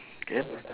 can